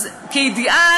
אז כאידיאל,